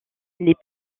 les